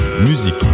Musique